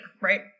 right